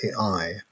AI